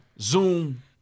Zoom